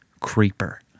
creeper